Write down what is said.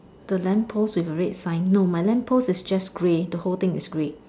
the lamp post with red sign no my lamp post is grey the whole thing is grey